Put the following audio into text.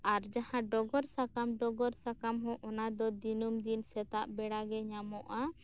ᱟᱨ ᱡᱟᱦᱟᱸ ᱰᱚᱜᱚᱨ ᱥᱟᱠᱟᱢ ᱰᱚᱜᱚᱨ ᱥᱟᱠᱟᱢ ᱦᱚᱸ ᱚᱱᱟᱫᱚ ᱫᱤᱱᱟᱹᱢ ᱫᱤᱱ ᱥᱮᱛᱟᱜ ᱵᱮᱲᱟ ᱜᱮ ᱧᱟᱢᱚᱜᱼᱟ